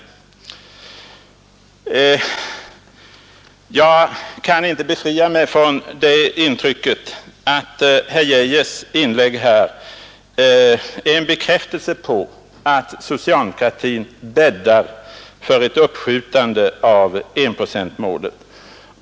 Men jag kan inte befria mig från intrycket att herr Geijers inlägg här är en bekräftelse på att socialdemokratin bäddar för ett uppskjutande av enprocentsmålet.